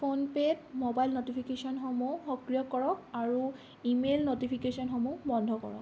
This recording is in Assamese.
ফোনপে'ত মোবাইল নটিফিকেশ্যনসমূহ সক্ৰিয় কৰক আৰু ই মেইল নটিফিকেশ্যনসমূহ বন্ধ কৰক